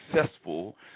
successful